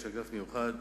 יש אגף מיוחד,